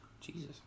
Jesus